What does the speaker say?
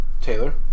Taylor